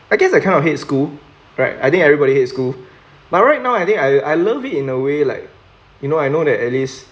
I guess I kind of hate school right I think everybody hate school but right now I think I I love it in a way like you know I know that at least